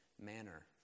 manner